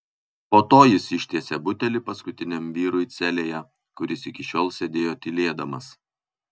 po to jis ištiesė butelį paskutiniam vyrui celėje kuris iki šiol sėdėjo tylėdamas